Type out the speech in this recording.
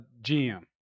GM